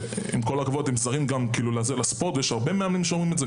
שעם כל הכבוד הם זרים גם לספורט ויש גם הרבה מאמנים שאומרים את זה,